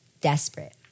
Desperate